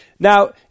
Now